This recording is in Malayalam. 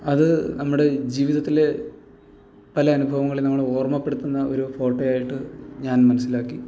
അത് നമ്മുടെ ജീവിതത്തില് പല അനുഭവങ്ങളും നമ്മളെ ഓർമപ്പെടുത്തുന്ന ഒരു ഫോട്ടോ ആയിട്ട് ഞാൻ മനസ്സിലാക്കി